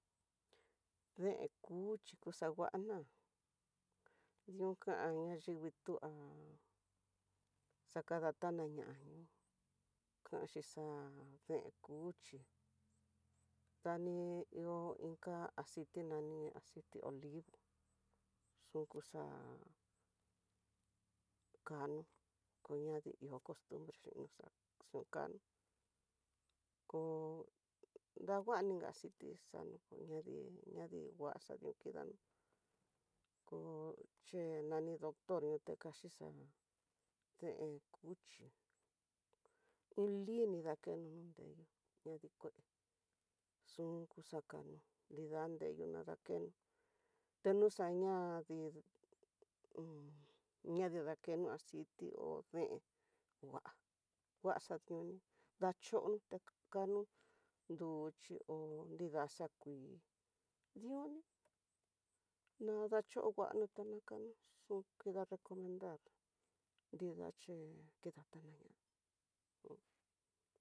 Deen cuchi kaxadana, yukan yadivii tuan akada tanañaña anxhi xa'á deen cuchi, dani ihó inka aciti nani, aciti olivo xukuxá ñano u'ña dse ihó cost bre xhina xan xun kano ko nrangua inka aciti, xano ihó ñadii ngua xadio kidanió ku ché nani doctor, te kaxhixha deen, deen kuchi iin lin ni dakeno dee dedi kue xunku xakano nrida nrena dakeno, teñu xaña dii un ñani dakeno aciti ho deen ngua nguaxationi, dacho dekano duo chi nrida xaku dioni nadacho nguano tadikano xun kida nrecomentar che kidatanaña.